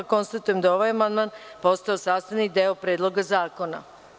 Konstatujem da je ovaj amandman postao sastavni deo Predloga zakona.